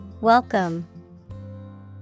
Welcome